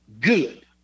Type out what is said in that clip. good